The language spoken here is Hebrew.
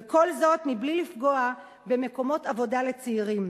וכל זאת מבלי לפגוע במקומות עבודה לצעירים.